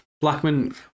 Blackman